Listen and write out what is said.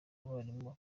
abarimu